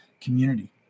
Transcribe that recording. community